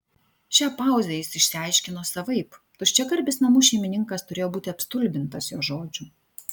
šią pauzę jis išsiaiškino savaip tuščiagarbis namų šeimininkas turėjo būti apstulbintas jo žodžių